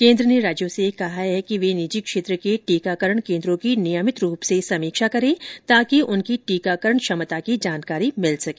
केन्द्र ने राज्यों से कहा है कि ये निजी क्षेत्र के टीकाकरण केंद्रों की नियमित रूप से समीक्षा करें ताकि उनकी टीकाकरण क्षमता की जानकारी प्राप्त हो सके